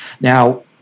Now